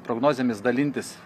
prognozėmis dalintis